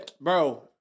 Bro